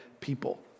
people